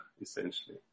essentially